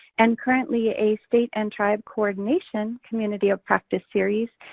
and currently a state and tribe coordination community of practice series,